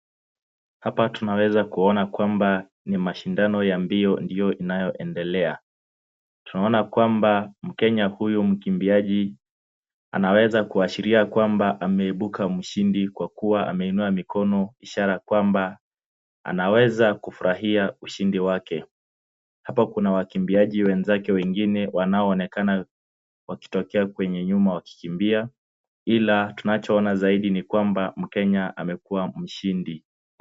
Hapa tunaweza kuona kwamba ni mashindano ya mbio ndio inayoendelea. Tunaona kwamba mkenya huyu mkimbiaji anaweza kuashiria ya kwamba ameibuka mshindi kwa kuwa ameinua mikono ishara ya kwamba anaweza kufurahia ushindi wake. Hapa kuna wakimbiaji wenzake wengine wanaoonekana wakitokea kwenye nyuma wakikimbia ila tunachoona zaidi ni kwamba mkenya amekuwa mshindi.